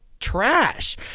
trash